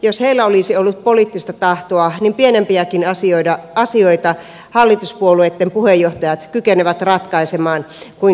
jos heillä olisi ollut poliittista tahoa niin pienempiäkin asioita hallituspuolueitten puheenjohtajat kykenevät ratkaisemaan kuin tämä on